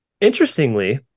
Interestingly